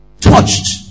touched